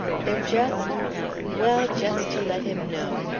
they're just well, just to let him know.